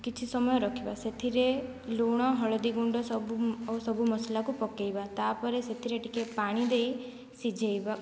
କିଛି ସମୟ ରଖିବା ସେଥିରେ ଲୁଣ ହଳଦୀଗୁଣ୍ଡ ସବୁ ଓ ସବୁ ମସଲାକୁ ପକେଇବା ତାପରେ ସେଥିରେ ଟିକିଏ ପାଣି ଦେଇ ସିଝେଇବା